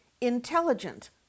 intelligent